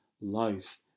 life